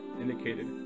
indicated